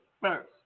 first